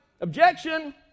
Objection